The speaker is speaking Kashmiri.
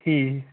ٹھیٖک